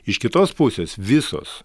iš kitos pusės visos